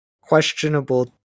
questionable